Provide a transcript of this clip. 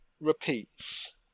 repeats